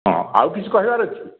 ହଁ ଆଉ କିଛି କହିବାର ଅଛି କି